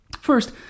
First